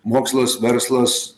mokslas verslas